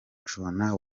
joannah